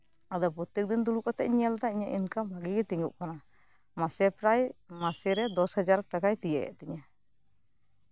ᱟᱫᱚ ᱯᱨᱚᱛᱮᱠ ᱫᱤᱱ ᱫᱩᱲᱩᱵ ᱠᱟᱛᱮᱧ ᱧᱮᱞ ᱮᱫᱟ ᱤᱧᱟᱹᱜ ᱤᱱᱠᱟᱢ ᱵᱷᱟᱜᱮ ᱜᱮ ᱛᱮᱹᱜᱳᱜ ᱠᱟᱱᱟ ᱢᱟᱥᱮ ᱨᱮ ᱯᱨᱟᱭ ᱫᱚᱥ ᱦᱟᱡᱟᱨ ᱴᱟᱠᱟᱭ ᱛᱤᱭᱳᱮᱜ ᱛᱤᱧᱟ